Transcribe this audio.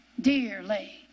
Dearly